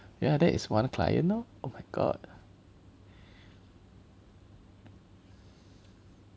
ya that is one client lor oh my god